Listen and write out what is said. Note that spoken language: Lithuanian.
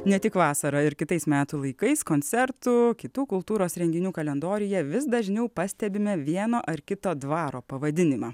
ne tik vasarą ir kitais metų laikais koncertų kitų kultūros renginių kalendoriuje vis dažniau pastebime vieno ar kito dvaro pavadinimą